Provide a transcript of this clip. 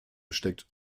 steckt